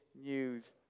news